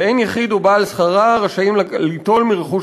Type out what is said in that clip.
ואין יחיד או בעל שררה רשאים ליטול מרכוש